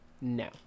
no